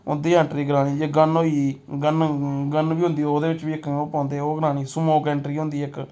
उं'दी ऐंट्री करानी जे गन होई गेई गन गन बी होंदी ओह्दे बिच्च बी इक ओह् पांंदे ओह् करानी स्मोक ऐंट्री होंदी इक